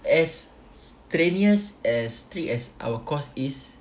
as strenuous as three as our course is